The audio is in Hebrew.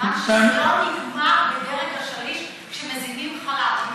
כיוון שזה לא נגמר בדרג השליש כשמזינים חל"ת.